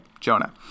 Jonah